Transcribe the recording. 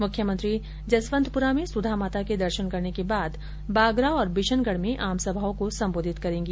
मुख्यमंत्री जसवंतपुरा में सुधा माता के दर्शन करने के बाद बागरा और बिशनगढ में आमसभाओं को संबोधित करेंगी